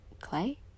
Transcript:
clay